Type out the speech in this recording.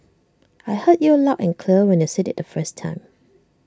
I heard you loud and clear when you said IT the first time